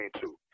two